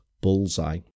Bullseye